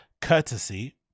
Courtesy